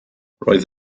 roedd